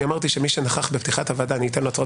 אז אני אבדוק את התקלה, אני לא יודע.